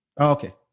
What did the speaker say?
Okay